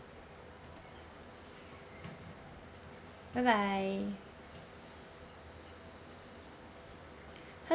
bye bye